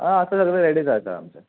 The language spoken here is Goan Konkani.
हय आसा सगळें रेडीच आसा आमचें